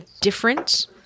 different